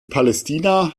palästina